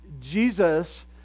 Jesus